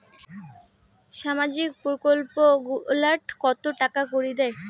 সামাজিক প্রকল্প গুলাট কত টাকা করি দেয়?